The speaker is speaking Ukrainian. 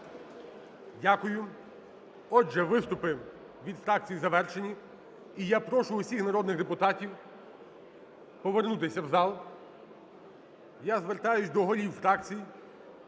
Дякую. Отже, виступи від фракцій завершені і я прошу всіх народних депутатів повернутися в зал. Я звертаюся до голів фракцій,